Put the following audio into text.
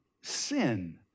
sin